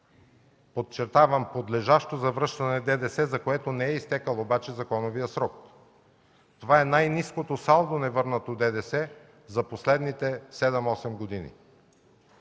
Подчертавам, подлежащо за връщане ДДС, за което не е изтекъл обаче законовият срок. Това е най-ниското салдо невърнато ДДС за последните 7-8 години.